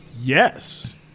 Yes